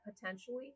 potentially